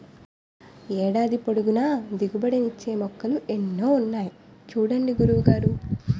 ఏడాది పొడుగునా దిగుబడి నిచ్చే మొక్కలు ఎన్నో ఉన్నాయి చూడండి గురువు గారు